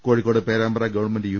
Kozhikode Perambra government U